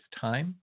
time